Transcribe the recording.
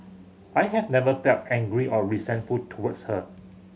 I have never felt angry or resentful towards her